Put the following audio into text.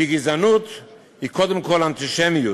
כי גזענות היא קודם כול אנטישמיות,